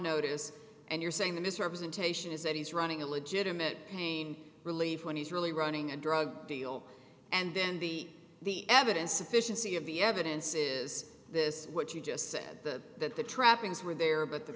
notice and you're saying the misrepresentation is that he's running a legitimate pain relief when he's really running a drug deal and then the the evidence sufficiency of the evidence is this what you just said that the trappings were there but the